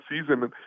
season